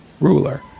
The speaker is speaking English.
ruler